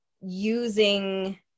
using